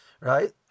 Right